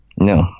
No